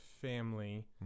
family